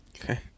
Okay